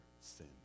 sin